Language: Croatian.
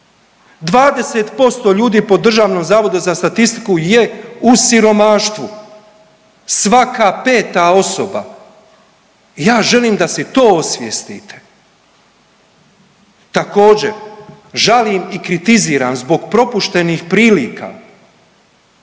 20% ljudi po DZS je u siromaštvu, svaka 5. osoba, ja želim da si to osvijestite. Također žalim i kritiziram zbog propuštenih prilika